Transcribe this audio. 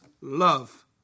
love